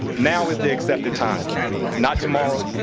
now is the accepted time not tomorrow,